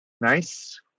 Nice